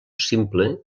simple